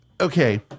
okay